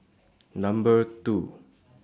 Number two